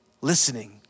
listening